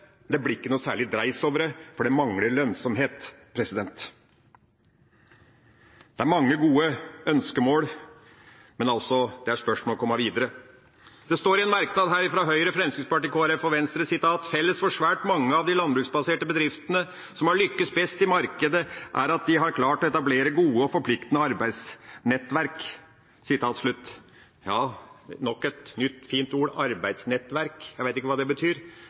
Det blir ikke noe særlig dreis på det, for det mangler lønnsomhet. Det er mange gode ønskemål, men det er altså spørsmål om å komme videre. Det står i en merknad fra Høyre, Fremskrittspartiet, Kristelig Folkeparti og Venstre: «Felles for svært mange av de landbruksbaserte bedriftene som har lyktes best i markedet, er at de har klart å etablere gode og forpliktende arbeidsnettverk.» Ja, nok et nytt, fint ord, «arbeidsnettverk». Jeg vet ikke hva det betyr,